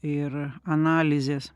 ir analizės